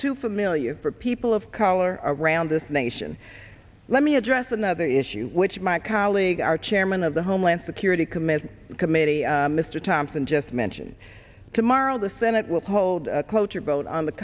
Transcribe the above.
too familiar for people of color around this nation let me address another issue which my colleague our chairman of the homeland security committee the committee mr thompson just mention tomorrow the senate will hold a cloture vote on the